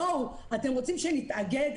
בואו, אתם רוצים שנתאגד?